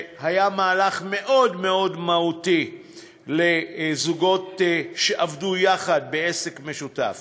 שהיה מהלך מאוד מאוד מהותי לזוגות שעבדו יחד בעסק משותף,